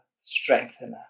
Strengthener